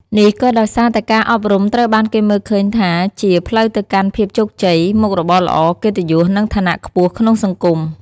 នេះក៏ដោយសារតែការអប់រំត្រូវបានគេមើលឃើញថាជា ផ្លូវទៅកាន់ភាពជោគជ័យ មុខរបរល្អ កិត្តិយស និងឋានៈខ្ពស់ក្នុងសង្គម។